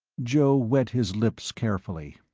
joe wet his lips carefully.